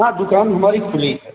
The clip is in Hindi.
हाँ दुकान हमारी खुली है